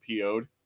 PO'd